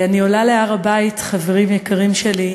אני עולה להר-הבית, חברים יקרים שלי,